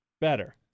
Better